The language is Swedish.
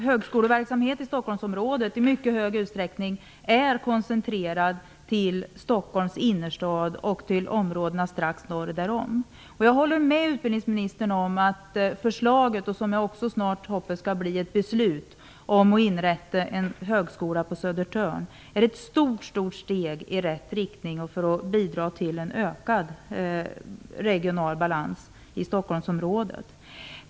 Högskoleverksamhet i Stockholmsområdet är i mycket stor utsträckning koncentrerad till Stockholms innerstad och till områdena strax norr därom. Jag håller med utbildningsministern om att förslaget, som jag hoppas snart kommer att bli ett beslut, att inrätta en högskola på Södertörn är ett mycket stort steg i rätt riktning för att bidra till en ökad regional balans i Stockholmsområdet.